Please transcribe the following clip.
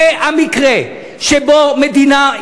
זה המקרה שבו מדינה,